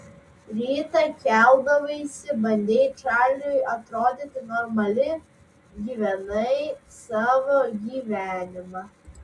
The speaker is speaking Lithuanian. rytą keldavaisi bandei čarliui atrodyti normali gyvenai savo gyvenimą